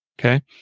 Okay